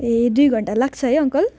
ए दुई घन्टा लाग्छ है अङ्कल